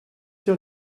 your